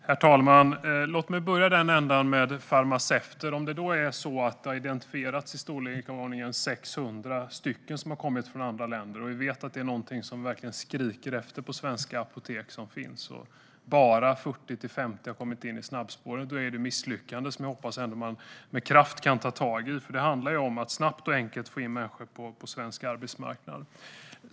Herr talman! Låt mig börja med det här med farmaceuter. Om i storleksordningen 600 farmaceuter som har kommit från andra länder har identifierats och vi samtidigt vet att svenska apotek verkligen skriker efter farmaceuter men bara 40-50 av dem har kommit in i snabbspåret är det ett misslyckande som jag hoppas att man med kraft kan ta tag i. Det handlar om att snabbt och enkelt få in människor på svensk arbetsmarknad.